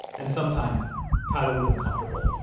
and sometimes tyler was uncomfortable